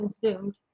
consumed